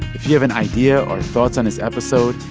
if you have an idea or thoughts on this episode,